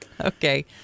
okay